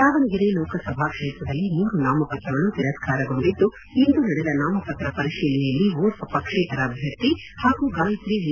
ದಾವಣಗೆರೆ ಲೋಕಸಭಾ ಕ್ಷೇತ್ರದಲ್ಲಿ ಮೂರು ನಾಮಪತ್ರಗಳು ತಿರಸ್ಕೃತಗೊಂಡಿದ್ದು ಇಂದು ನಡೆದ ನಾಮ ಪತ್ರ ಪರಿಶೀಲನೆಯಲ್ಲಿ ಓರ್ವ ಪಕ್ಷೇತರ ಅಭ್ಯರ್ಥಿ ಹಾಗು ಗಾಯತ್ರಿ ಜಿ